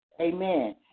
Amen